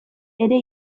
ere